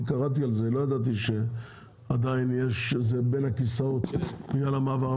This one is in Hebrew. עדיין לא ידעתי שזה עדיין בין הכיסאות בגלל המעבר.